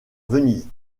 venise